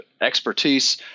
expertise